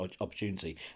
opportunity